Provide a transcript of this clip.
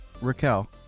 Raquel